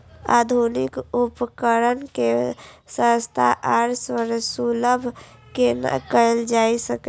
आधुनिक उपकण के सस्ता आर सर्वसुलभ केना कैयल जाए सकेछ?